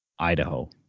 Idaho